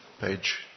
page